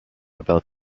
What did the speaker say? about